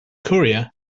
courier